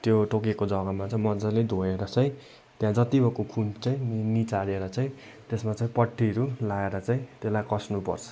त्यो टोकेको जग्गामा चाहिँ मजाले धोएर चाहिँ त्यहाँ जत्ति भएको खुन चाहिँ नि निचोरेर चाहिँ त्यसमा चाहिँ पट्टीहरू लाएर चाहिँ त्यसलाई कस्नुपर्छ